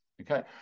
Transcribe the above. Okay